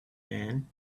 man